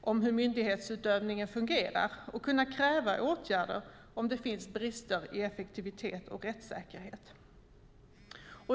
om hur myndighetsutövningen fungerar och kunna kräva åtgärder om det finns brister i effektivitet och rättssäkerhet.